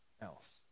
else